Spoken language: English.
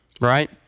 right